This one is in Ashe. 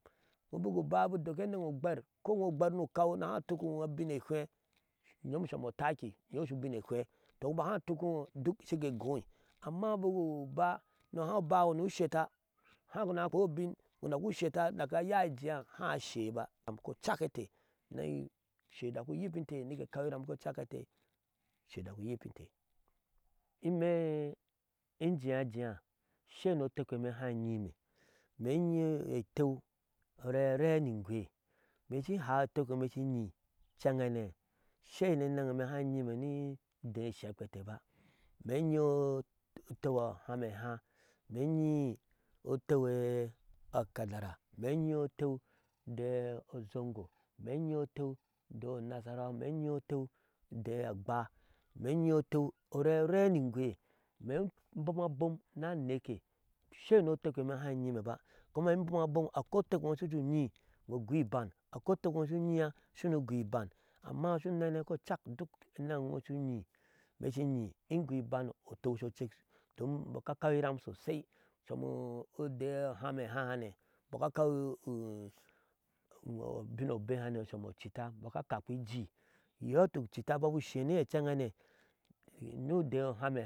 Injo bik uba bu udok enɛŋ ugber koo ino ugber ni ukaw ni haa utukiŋo abin ehwɛ, inyom shomo otaiki iyeeshu ubin ehweɛ ta iŋo bik haa utukiŋo duk shike egoi amma bik uba ni haa ubaŋo ni ushetta haa uguna akpei o ubin dak ushetta dak ayai ejea haa shei ba kocak inte, ushe dak uyikinte nike kaw iram kocak inte ashei ni otekpe iome haa inyime, imee inyii intew ni arzare ni inwee, in shin haa etekpe e ime shin nyi incenhane shei ni eneŋ e imeshin haa inyime ni edee eshe kpete ba imee otew aham e ehaa, bimee inyii otew akadara, inyii otew do ozngo, imee inyii otew do nasarawe, imee inyii otew dee gba imee inyii otew orearɛ ni nwee otew e imee haa njume ba, kuma in bom abom, akwai otekpedo kuma in bom abom, akwai otekpedo shu ujee unyii iyoo ugoo iban, akwaiotekpe eyi shu uyia shini ugoo iban, amma shuunɛnɛ kocak duk eneŋ e ino shu unyii imee shin inyii ingoo iban otew shocak, domin imbɔɔ ka kaw iram sosai somo odee aham ehaahane mbɔɔ ka kaw ubin obehane som ocitta ka kakpi ijii iyɔɔ ituk ucitta ubabu sheniye inceŋhane ni odee eham.